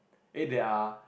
eh there are